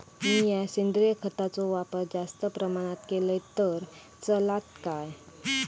मीया सेंद्रिय खताचो वापर जास्त प्रमाणात केलय तर चलात काय?